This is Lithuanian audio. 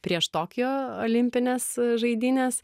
prieš tokijo olimpines žaidynes